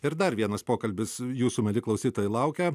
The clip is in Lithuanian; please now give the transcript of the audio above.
ir dar vienas pokalbis jūsų mieli klausytojai laukia